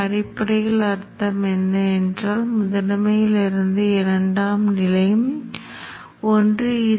கட்டுப்பாட்டு சமிக்ஞை மைனஸ் 1 ஆக இருந்தால் நீங்கள் 0 சதவீத டியூட்டி சுழற்சியைப் பெறுவீர்கள்